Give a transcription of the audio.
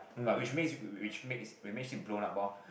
but which makes which makes which makes it blown up orh